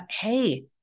hey